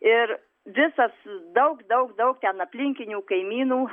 ir visas daug daug daug ten aplinkinių kaimynų